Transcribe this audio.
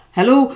Hello